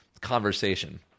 conversation